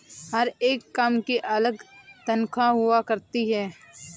हर एक काम की अलग तन्ख्वाह हुआ करती है